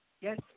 Yes